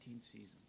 season